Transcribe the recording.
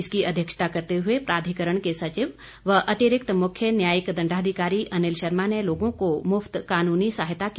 इसकी अध्यक्षता करते हुए प्राधिकरण के सचिव व अतिरिक्त मुख्य न्यायिक दण्डाधिकारी अनिल शर्मा ने लोगों को मुफ्त कानूनी सहायता की जानकारी दी